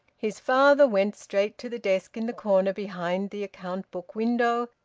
his father went straight to the desk in the corner behind the account-book window,